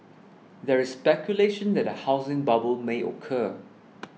there is speculation that a housing bubble may occur